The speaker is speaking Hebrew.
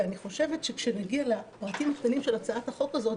ואני חושבת שכשנגיע לפרטים הקטנים של הצעת החוק הזאת,